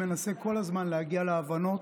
מנסה כל הזמן להגיע להבנות